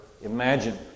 imagine